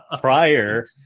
prior